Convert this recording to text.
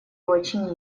очень